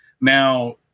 Now